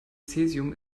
cäsium